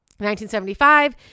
1975